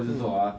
mm